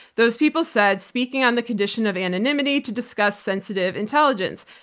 those people said, speaking on the condition of anonymity to discuss sensitive intelligence,